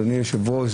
אדוני היושב-ראש,